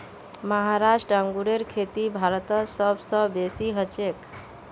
महाराष्ट्र अंगूरेर खेती भारतत सब स बेसी हछेक